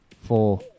Four